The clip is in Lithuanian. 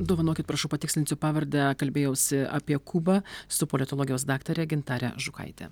dovanokit prašau patikslinsiu pavardę kalbėjausi apie kubą su politologijos daktare gintarė žukaite